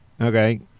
okay